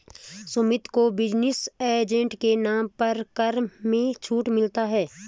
सुमित को business asset के नाम पर कर में छूट मिलता है